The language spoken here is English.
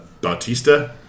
Bautista